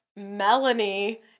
Melanie